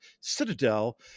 Citadel